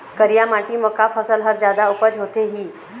करिया माटी म का फसल हर जादा उपज होथे ही?